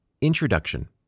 Introduction